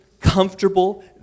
comfortable